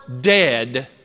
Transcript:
dead